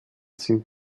sind